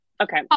okay